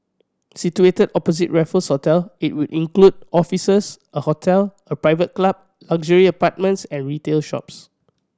situated opposite Raffles Hotel it will include offices a hotel a private club luxury apartments and retail shops